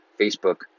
Facebook